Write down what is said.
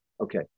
okay